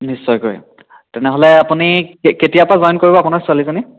নিশ্চয়কৈ তেনেহ'লে আপুনি কেতিয়াৰ পৰা জইন কৰিব আপোনাৰ ছোৱালীজনী